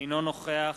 אינו נוכח